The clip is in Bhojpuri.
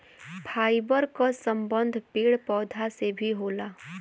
फाइबर क संबंध पेड़ पौधा से भी होला